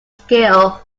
skill